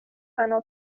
فنا